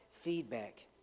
feedback